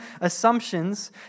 assumptions